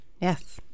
Yes